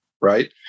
right